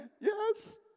Yes